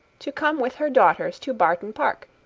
to come with her daughters to barton park,